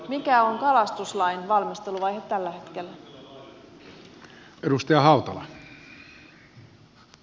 mikä on kalastuslain valmisteluvaihe tällä hetkellä